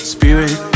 Spirit